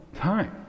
time